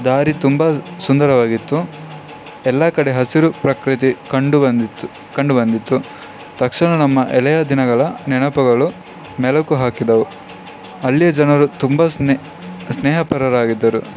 ದಾರಿ ತುಂಬ ಸುಂದರವಾಗಿತ್ತು ಎಲ್ಲ ಕಡೆ ಹಸಿರು ಪ್ರಕೃತಿ ಕಂಡುಬಂದಿತ್ತು ಕಂಡುಬಂದಿತ್ತು ತಕ್ಷಣ ನಮ್ಮ ಎಳೆಯ ದಿನಗಳ ನೆನಪುಗಳು ಮೆಲುಕು ಹಾಕಿದೆವು ಅಲ್ಲಿಯ ಜನರು ತುಂಬ ಸ್ನೆ ಸ್ನೇಹಪರರಾಗಿದ್ದರು